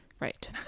Right